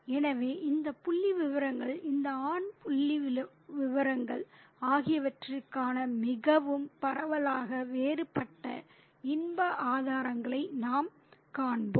எனவே இந்த புள்ளிவிவரங்கள் இந்த ஆண் புள்ளிவிவரங்கள் ஆகியவற்றிற்கான மிகவும் பரவலாக வேறுபட்ட இன்ப ஆதாரங்களை நாம் காணலாம்